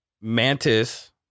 Mantis